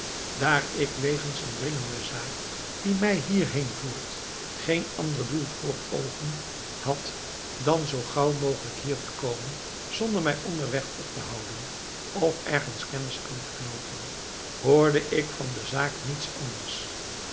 daar ik wegens een dringende zaak die mij hierheen voert geen ander doel voor oogen had dan zoo gauw mogelijk hier te komen zonder mij onderweg op te houden of ergens kennis aan te knoopen hoorde ik van de zaak niets anders